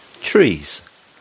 Trees